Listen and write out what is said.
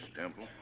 Temple